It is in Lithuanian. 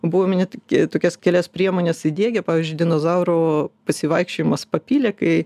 buvome net kie tokias kelias priemones įdiegę pavyzdžiui dinozauro pasivaikščiojimas papilė kai